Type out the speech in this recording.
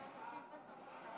השרה.